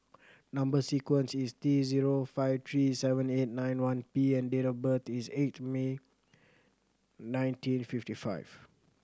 number sequence is T zero five three seven eight nine one P and date of birth is eight May nineteen fifty five